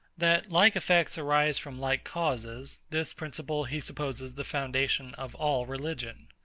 that like effects arise from like causes this principle he supposes the foundation of all religion.